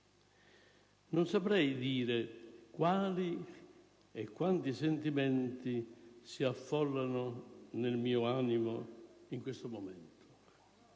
Non saprei dire quali e quanti sentimenti si affollino nel mio animo in questo momento.